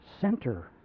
center